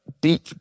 deep